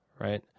right